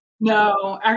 No